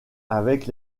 avec